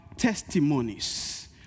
Testimonies